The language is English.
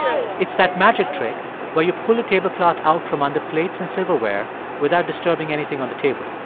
um it's that magic trick where you pull a tablecloth out from under plates and silverware without disturbing anything on the table.